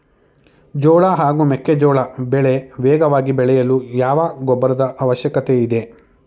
ಜೋಳ ಹಾಗೂ ಮೆಕ್ಕೆಜೋಳ ಬೆಳೆ ವೇಗವಾಗಿ ಬೆಳೆಯಲು ಯಾವ ಗೊಬ್ಬರದ ಅವಶ್ಯಕತೆ ಇದೆ?